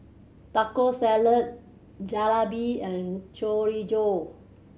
Taco Salad Jalebi and Chorizo